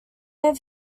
have